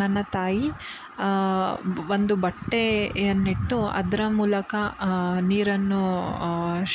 ನನ್ನ ತಾಯಿ ಒಂದು ಬಟ್ಟೆಯನ್ನಿಟ್ಟು ಅದರ ಮೂಲಕ ನೀರನ್ನು